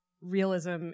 realism